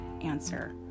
answer